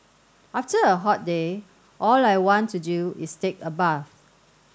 after a hot day all I want to do is take a bath